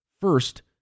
first